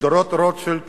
שדרות-רוטשילד